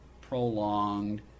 prolonged